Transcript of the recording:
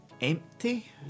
empty